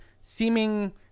seeming